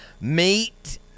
meet